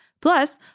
Plus